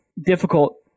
difficult